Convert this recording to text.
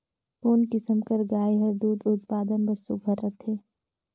कोन किसम कर गाय हर दूध उत्पादन बर सुघ्घर रथे?